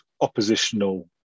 oppositional